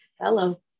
Hello